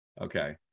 Okay